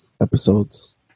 episodes